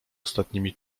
ostatnimi